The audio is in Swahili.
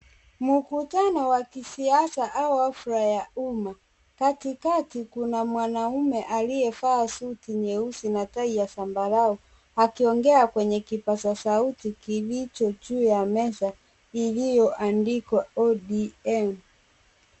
Mkutano wa kisiasa au hafla ya umma. Katikati kuna mwanaume aliyevaa suti nyeusi na tai ya zambarau akiongea kwenye kipaza sauti kilicho juu ya meza iliyoandikwa ODM.